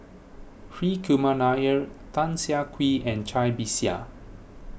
Hri Kumar Nair Tan Siah Kwee and Cai Bixia